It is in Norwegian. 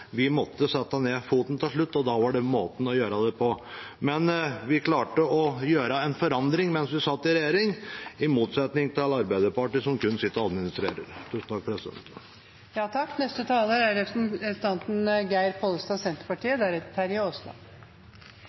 Vi måtte sette ned foten til slutt, og da var det måten å gjøre det på. Men vi klarte å gjøre en forandring mens vi satt i regjering, i motsetning til Arbeiderpartiet, som kun sitter og administrerer.